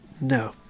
no